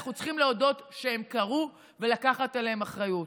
אנחנו צריכים להודות שהם קרו ולקחת עליהם אחריות.